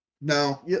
No